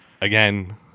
again